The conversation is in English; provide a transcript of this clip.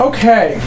Okay